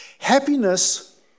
Happiness